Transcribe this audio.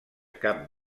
cap